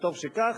וטוב שכך.